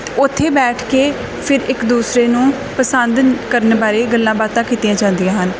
ਉੱਥੇ ਬੈਠ ਕੇ ਫਿਰ ਇੱਕ ਦੂਸਰੇ ਨੂੰ ਪਸੰਦ ਕਰਨ ਬਾਰੇ ਗੱਲਾਂ ਬਾਤਾਂ ਕੀਤੀਆਂ ਜਾਂਦੀਆਂ ਹਨ